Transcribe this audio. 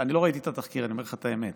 אני לא ראיתי את התחקיר, אני אומר לך את האמת.